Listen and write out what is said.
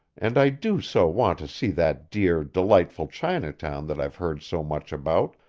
and i do so want to see that dear, delightful chinatown that i've heard so much about,